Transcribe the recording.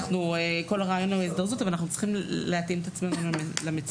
כל הרעיון הוא הזדרזות אבל אנחנו צריכים להתאים את עצמנו למציאות.